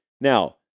Now